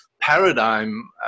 paradigm